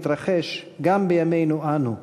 להתרחש גם בימינו-שלנו,